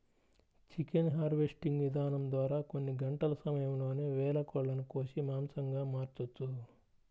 chicken harvesting ఇదానం ద్వారా కొన్ని గంటల సమయంలోనే వేల కోళ్ళను కోసి మాంసంగా మార్చొచ్చు